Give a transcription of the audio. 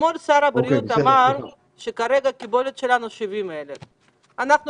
אתמול שר הבריאות אמר שכרגע הקיבולת שלנו היא 70,000. אנחנו